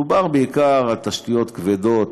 מדובר בעיקר על תשתיות כבדות,